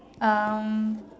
um